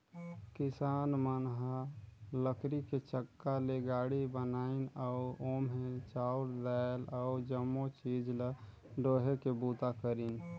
किसान मन ह लकरी के चक्का ले गाड़ी बनाइन अउ ओम्हे चाँउर दायल अउ जमो चीज ल डोहे के बूता करिन